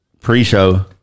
pre-show